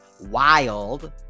wild